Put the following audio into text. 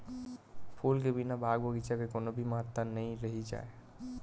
फूल के बिना बाग बगीचा के कोनो भी महत्ता नइ रहि जाए